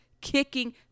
kicking